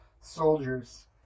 soldiers